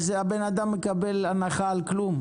אדם מקבל הנחה על כלום.